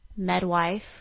medwife